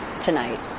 tonight